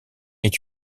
est